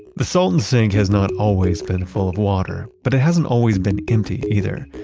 the salton sink has not always been full of water, but it hasn't always been empty either.